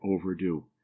overdue